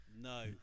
No